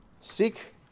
seek